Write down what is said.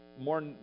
more